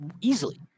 easily